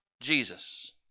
Jesus